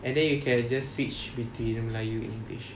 and then you can just switch between melayu and english